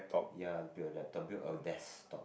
ya build a laptop build a desktop